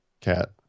Cat